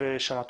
ושנה טובה.